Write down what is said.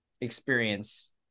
experience